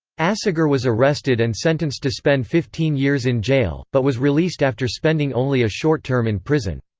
asagar was arrested and sentenced to spend fifteen years in jail, but was released after spending only a short term in prison.